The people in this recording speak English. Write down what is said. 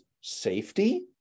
safety